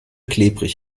klebrig